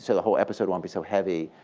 so the whole episode won't be so heavy.